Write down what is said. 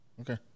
Okay